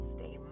Stay